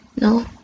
no